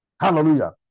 Hallelujah